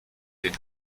den